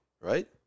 right